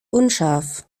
unscharf